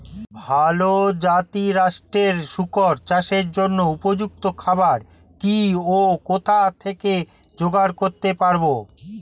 ভালো জাতিরাষ্ট্রের শুকর চাষের জন্য উপযুক্ত খাবার কি ও কোথা থেকে জোগাড় করতে পারব?